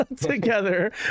together